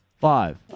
Five